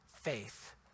faith